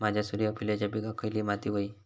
माझ्या सूर्यफुलाच्या पिकाक खयली माती व्हयी?